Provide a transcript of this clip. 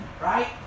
right